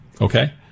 okay